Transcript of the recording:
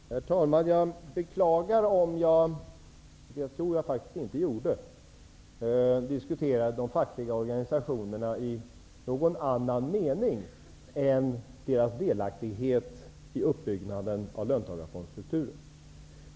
Herr talman! Jag beklagar om jag -- vilket jag faktiskt inte tror att jag gjorde -- diskuterade de fackliga organisationerna i någon annan mening än deras delaktighet i uppbyggnaden av löntagarfondstrukturen.